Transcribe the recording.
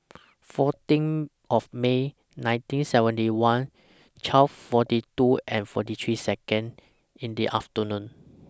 fourteen of May nineteen seventy one twelve forty two and forty three Second in The afternoon